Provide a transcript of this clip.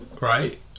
right